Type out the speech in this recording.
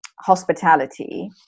hospitality